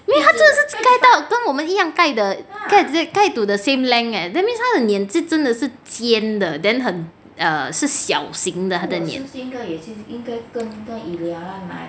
没有她真的是盖到跟我们一样盖的盖 to the same length eh that means 她的脸真的是尖的 then 很 err 是小型的她的脸